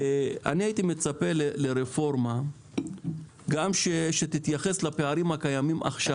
אני הייתי מצפה לרפורמה שתתייחס גם לפערים שקיימים עכשיו.